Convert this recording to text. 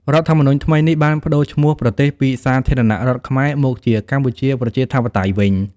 រដ្ឋធម្មនុញ្ញថ្មីនេះបានប្តូរឈ្មោះប្រទេសពី «សាធារណរដ្ឋខ្មែរ» មកជា «កម្ពុជាប្រជាធិបតេយ្យ» វិញ។